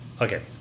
Okay